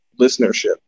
listenership